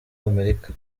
amerika